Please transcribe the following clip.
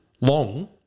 long